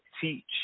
teach